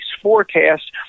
forecast